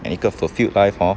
and 一个 fulfilled life hor